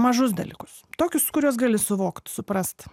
mažus dalykus tokius kuriuos gali suvokt suprast